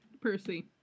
Percy